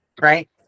right